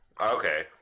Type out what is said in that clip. Okay